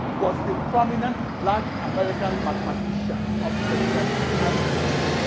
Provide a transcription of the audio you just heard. was the prominent black american mathematician of senegalese ancestry.